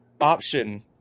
option